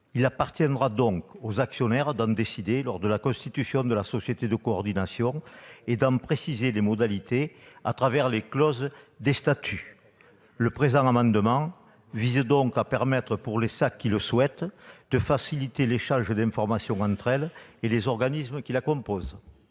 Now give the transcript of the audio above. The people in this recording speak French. Il appartiendra aux actionnaires d'en décider lors de la constitution de la société de coordination et d'en préciser les modalités au travers des clauses des statuts. Le présent amendement vise donc à permettre, pour les SAC qui le souhaitent, de faciliter l'échange d'informations entre elles et les organismes qui la composent.